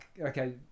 okay